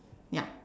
ya